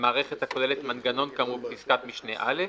מערכת הכוללת מנגנון כאמור בפסקת משנה (א),